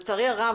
לצערי הרב,